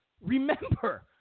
remember